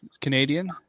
Canadian